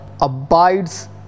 abides